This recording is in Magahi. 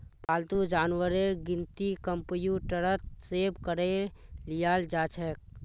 पालतू जानवरेर गिनती कंप्यूटरत सेभ करे लियाल जाछेक